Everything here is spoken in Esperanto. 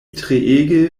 treege